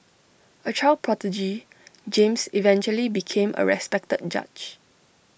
A child prodigy James eventually became A respected judge